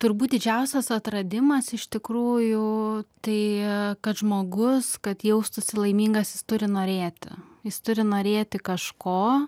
turbūt didžiausias atradimas iš tikrųjų tai kad žmogus kad jaustųsi laimingas jis turi norėti jis turi norėti kažko